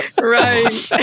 right